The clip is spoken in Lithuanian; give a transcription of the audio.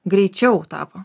greičiau tapo